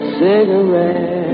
cigarette